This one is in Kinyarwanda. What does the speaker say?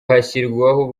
hashyirwaho